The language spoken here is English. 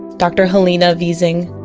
dr. helena vissing,